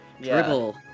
Dribble